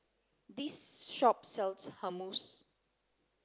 this shop sells Hummus